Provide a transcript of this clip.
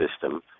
system